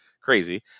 crazy